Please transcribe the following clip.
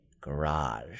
garage